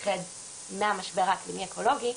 תיכחד מהמשבר האקלימי האקולוגי.